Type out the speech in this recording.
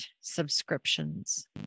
subscriptions